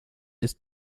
ist